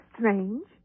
strange